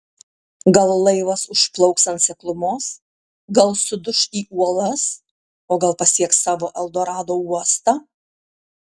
gal laivas užplauks ant seklumos gal suduš į uolas o gal pasieks savo eldorado uostą